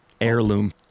Heirloom